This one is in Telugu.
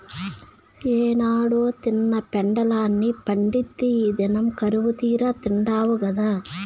ఏనాడో తిన్న పెండలాన్ని పండిత్తే ఈ దినంల కరువుతీరా తిండావు గదా